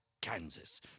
Kansas